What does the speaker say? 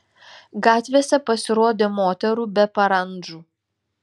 gatvėse pasirodė moterų be parandžų